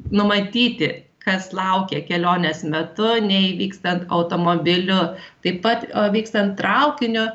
numatyti kas laukia kelionės metu nei vykstant automobiliu taip pat o vykstant traukiniu